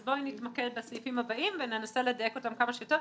אז בואי נתמקד בסעיפים הבאים וננסה לדייק אותם כמה שיותר,